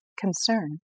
concern